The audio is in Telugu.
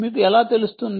మీకు ఎలా తెలుస్తుంది